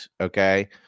Okay